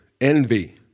envy